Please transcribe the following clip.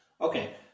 Okay